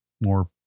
more